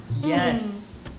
Yes